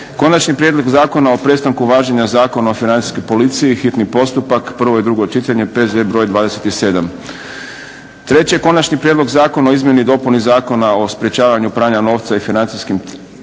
Konačni prijedlog zakona o prestanku važenja Zakona o Financijskoj policiji, hitni postupak, prvo i drugo čitanje, P.Z. br. 27, - Konačni prijedlog zakona o izmjeni i dopuni Zakona o sprječavanju pranja novca i financiranja terorizma,